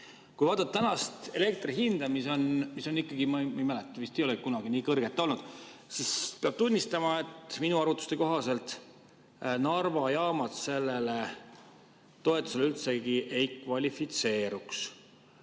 Kui vaadata tänast elektri hinda, mis on ikkagi, ma ei mäleta ... See vist ei ole kunagi nii kõrge olnud. Pean tunnistama, et minu arvutuste kohaselt Narva jaamad selle toetuse saamisele üldse ei kvalifitseeruks.